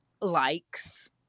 likes